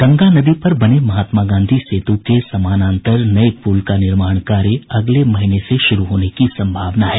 गंगा नदी पर बने महात्मा गांधी सेत् के समानान्तर नये पूल का निर्माण कार्य अगले महीने से शुरू होने की संभावना है